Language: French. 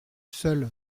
seul